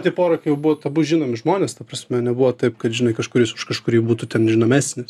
tai pora kai jau buvot abu žinomi žmonės ta prasme nebuvo taip kad žinai kažkuris už kažkurį būtų ten žinomesnis